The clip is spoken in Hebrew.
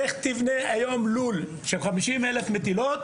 לך לבנות לול של 50,000 מטילות,